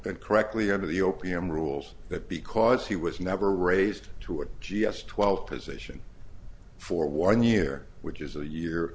and correctly under the o p m rules that because he was never raised to a g s twelve position for one year which is a year